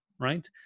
Right